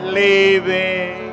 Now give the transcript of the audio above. leaving